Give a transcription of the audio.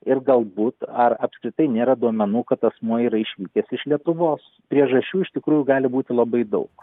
ir galbūt ar apskritai nėra duomenų kad asmuo yra išvykęs iš lietuvos priežasčių iš tikrųjų gali būti labai daug